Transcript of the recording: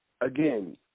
again